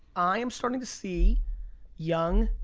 i am starting to see young,